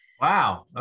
Wow